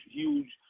huge